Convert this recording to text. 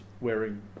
wearing